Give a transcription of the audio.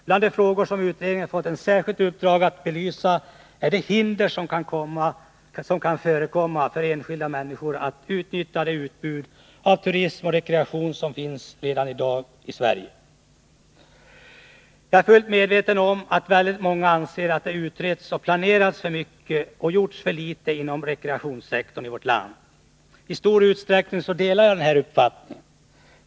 En av de frågor som utredningen har fått ett särskilt uppdrag att belysa är de hinder som kan förekomma för enskilda människor att utnyttja det utbud av turism och rekreation som finns redan i dag i Sverige. Jag är fullt medveten om att väldigt många anser att det har utretts och planerats för mycket och gjorts för litet inom rekreationssektorn i vårt land. I stor utsträckning delar jag den uppfattningen.